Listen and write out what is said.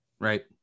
right